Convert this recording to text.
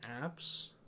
apps